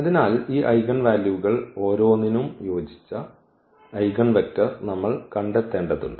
അതിനാൽ ഈ ഐഗൻ വാല്യൂകൾ ഓരോന്നിനും യോജിച്ച ഐഗൻവെക്റ്റർ നമ്മൾ കണ്ടെത്തേണ്ടതുണ്ട്